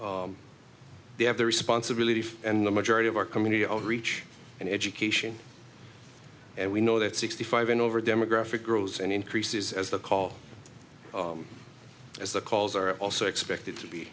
they have the responsibility and the majority of our community outreach and education and we know that sixty five and over demographic girls and increases as the call as the calls are also expected to be